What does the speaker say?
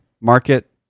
market